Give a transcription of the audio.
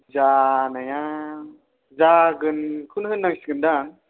जानाया जागोनखौनो होननांसिगोन दां